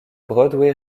broadway